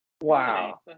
Wow